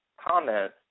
comment